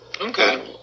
Okay